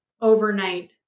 overnight